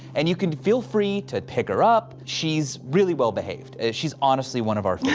and you can feel free to pick her up. she's really well behaved. she's honestly one of our